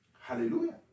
Hallelujah